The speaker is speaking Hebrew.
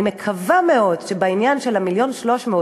אני מקווה מאוד שבעניין ה-1.3 מיליון,